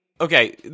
okay